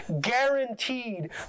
guaranteed